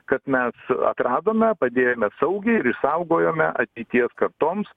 kad mes atradome padėjome saugiai ir išsaugojome ateities kartoms